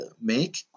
make